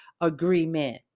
agreement